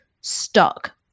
stuck